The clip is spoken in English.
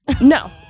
no